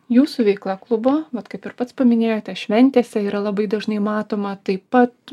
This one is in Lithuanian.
jūsų veikla klubo vat kaip ir pats paminėjote šventėse yra labai dažnai matoma taip pat